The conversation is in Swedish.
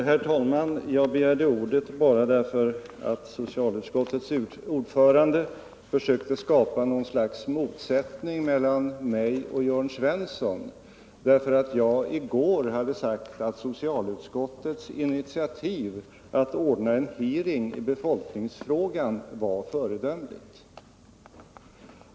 Herr talman! Jag begärde ordet bara för att socialutskottets ordförande försökte skapa något slags motsättning mellan mig och Jörn Svensson därför att jag i går hade sagt att socialutskottets initiativ att ordna en hearing i befolkningsfrågan var föredömligt.